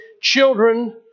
children